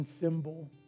symbol